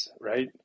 Right